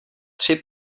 tři